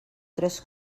tres